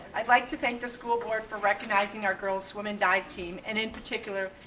i'd like to thank the school board for recognizing our girls swim and dive team and in particular,